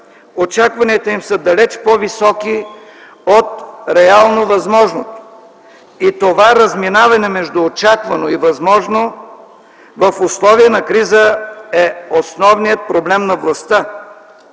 Очакванията им са далеч по-високи от реално възможното. И това разминаване между очаквано и възможно в условия на криза е основният проблем на властта.